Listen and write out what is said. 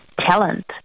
talent